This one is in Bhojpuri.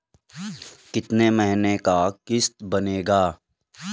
कितना महीना के किस्त बनेगा?